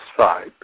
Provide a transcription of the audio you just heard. side